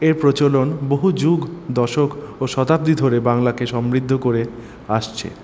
এর প্রচলন বহুযুগ দশক ও শতাব্দী ধরে বাংলাকে সমৃদ্ধ করে আসছে